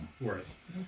Worth